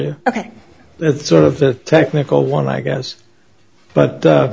you ok it's sort of the technical one i guess but